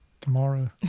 Tomorrow